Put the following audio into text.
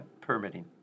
permitting